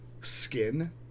skin